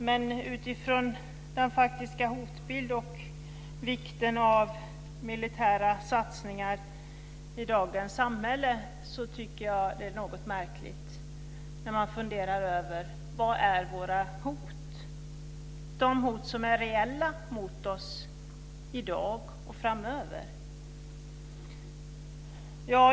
Men utifrån den faktiska hotbilden och vikten av militära satsningar i dagens samhälle tycker jag att det är något märkligt när man funderar över vad som är våra hot, vad som är de reella hoten mot oss, i dag och framöver.